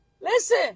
Listen